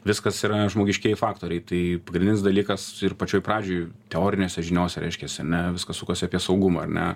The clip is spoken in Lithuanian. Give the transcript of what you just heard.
viskas yra žmogiškieji faktoriai tai pagrindinis dalykas ir pačioj pradžioj teorinėse žiniose reiškiasi ar ne viskas sukasi apie saugumą ar ne